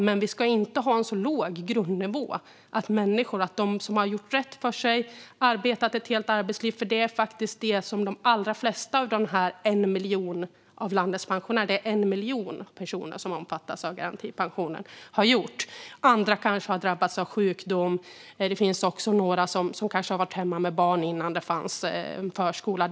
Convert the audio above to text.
Men vi ska inte ha en så låg grundnivå att de som har gjort rätt för sig ska behöva stå och tigga i ett välfärdsland som Sverige. 1 miljon personer omfattas av garantipensionen, och de allra flesta av dem har arbetat ett helt arbetsliv. Andra kanske har drabbats av sjukdom. Det finns också några som kanske har varit hemma med barn innan det fanns förskola.